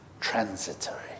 transitory